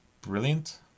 brilliant